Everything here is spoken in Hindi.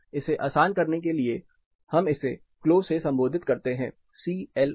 इसे आसान करने के लिए हम इसे क्लो से संबोधित करते हैंसी एल ओ